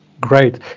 Great